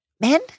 Men